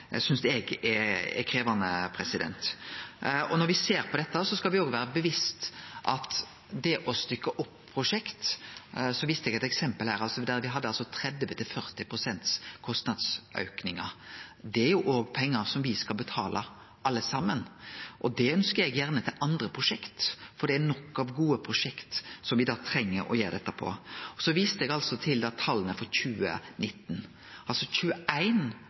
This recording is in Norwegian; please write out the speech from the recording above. krevjande. Når me ser på dette, skal me òg vere bevisste på det å stykkje opp prosjekt – eg viste til eit eksempel her der me hadde 30–40 pst. kostnadsaukingar, og det er pengar som me skal betale, alle saman, og det ønskjer eg gjerne til andre prosjekt, for det er nok av gode prosjekt der me treng det. Så viste eg til tala for 2019, og 21 av 23 prosjekt som Statens vegvesen og Nye Vegar hadde, gjekk altså til